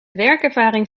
werkervaring